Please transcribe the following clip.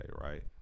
right